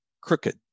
crooked